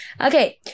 Okay